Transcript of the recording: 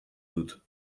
dut